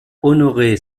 honoré